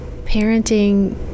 parenting